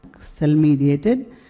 cell-mediated